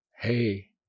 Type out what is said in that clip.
hey